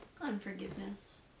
Unforgiveness